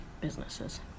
businesses